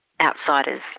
outsiders